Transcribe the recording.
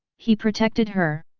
he protected her.